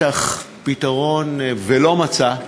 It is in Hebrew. פתרון, ולא מצא,